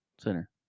center